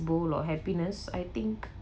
bowl or happiness I think